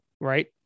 Right